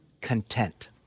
content